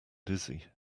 dizzy